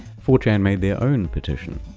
four chan made their own petition.